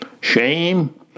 shame